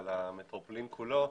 על המטרופולין כולו,